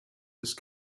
ist